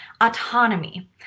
Autonomy